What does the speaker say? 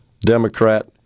Democrat